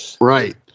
right